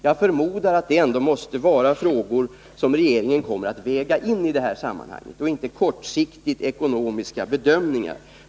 Jag förmodar att detta ändå måste vara frågor som regeringen kommer att väga in i sammanhanget, så att det inte bara blir kortsiktiga ekonomiska bedömningar.